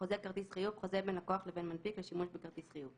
"חוזה כרטיס חיוב" חוזה בין לקוח לבין מנפיק לשימוש בכרטיס חיוב,